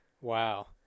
Wow